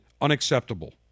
unacceptable